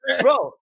bro